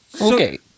Okay